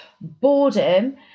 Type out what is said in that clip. boredom